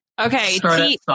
okay